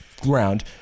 ground